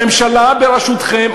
הממשלה בראשותכם,